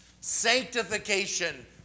sanctification